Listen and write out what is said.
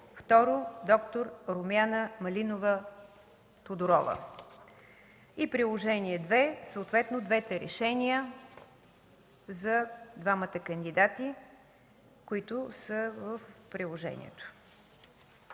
2. Доктор Румяна Малинова Тодорова. Приложение № 2 – съответно двете решения за двамата кандидати, които са в приложението.